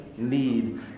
Need